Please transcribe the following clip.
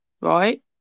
right